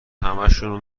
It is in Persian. همشونو